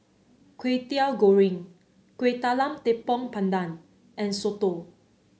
Kwetiau Goreng Kueh Talam Tepong Pandan and soto